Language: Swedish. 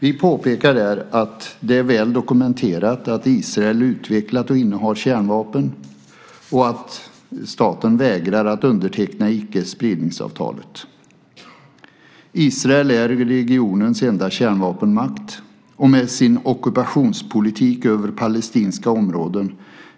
Vi påpekar där att det är väl dokumenterat att Israel utvecklat och innehar kärnvapen och att staten vägrar att underteckna icke-spridningsavtalet. Israel är regionens enda kärnvapenmakt, och med sin ockupationspolitik över palestinska områden